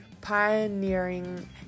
pioneering